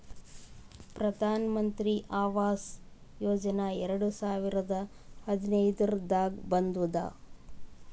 ಪ್ರಧಾನ್ ಮಂತ್ರಿ ಆವಾಸ್ ಯೋಜನಾ ಎರಡು ಸಾವಿರದ ಹದಿನೈದುರ್ನಾಗ್ ಬಂದುದ್